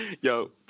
Yo